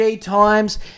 times